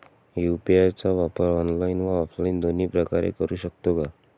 UPI चा वापर online व ऑफलाईन दोन्ही प्रकारे करु शकतो का?